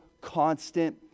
constant